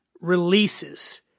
releases